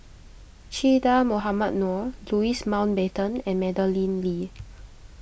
Che Dah Mohamed Noor Louis Mountbatten and Madeleine Lee